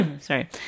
Sorry